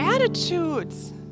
attitudes